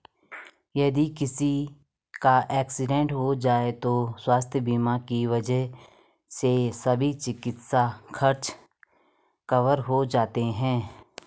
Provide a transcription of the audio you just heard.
यदि किसी का एक्सीडेंट हो जाए तो स्वास्थ्य बीमा की वजह से सभी चिकित्सा खर्च कवर हो जाते हैं